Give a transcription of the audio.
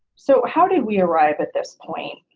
so how did we arrive at this point?